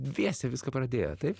dviese viską pradėjot taip